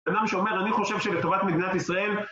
בן אדם שאומר, אני חושב שלטובת מדינת ישראל